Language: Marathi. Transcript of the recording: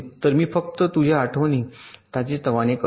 तर मी फक्त तुझ्या आठवणी ताजेतवाने करतो